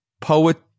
poet